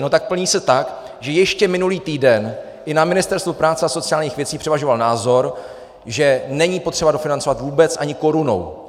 No tak plní se tak, že ještě minulý týden i na Ministerstvu práce a sociálních věcí převažoval názor, že není potřeba dofinancovat vůbec ani korunou.